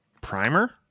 Primer